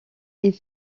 est